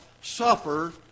suffer